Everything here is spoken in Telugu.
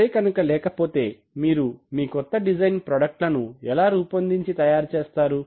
అవే కనుక లేకపోతే మీరు మీ కొత్త డిజైన్ ప్రాడక్ట్ లను ఎలా రూపొందించి తయారు చేస్తారు